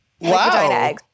Wow